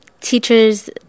teachers